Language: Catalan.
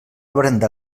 brandar